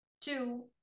Two